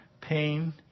pain